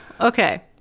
okay